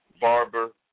barber